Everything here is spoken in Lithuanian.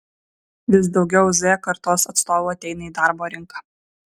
vis daugiau z kartos atstovų ateina į darbo rinką